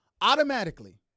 Automatically